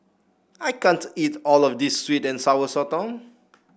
I can't eat all of this sweet and Sour Sotong